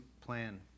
plan